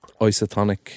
isotonic